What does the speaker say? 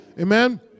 Amen